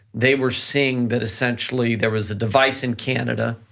they were seeing that essentially, there was a device in canada,